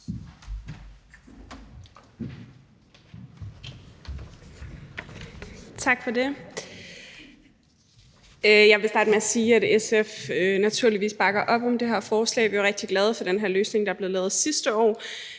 Tak for det. Jeg vil starte med at sige, at SF naturligvis bakker op om det her forslag. Vi var rigtig glade for den her løsning, der blev lavet sidste år,